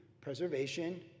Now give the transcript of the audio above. preservation